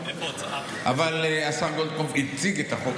אבל השר גולדקנופ הציג את החוק,